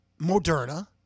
Moderna